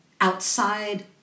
outside